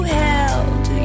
held